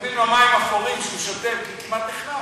נותנים לו מים אפורים, הוא שותה, הוא כמעט נחנק.